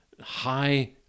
high